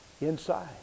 inside